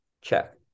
check